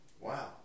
wow